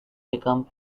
become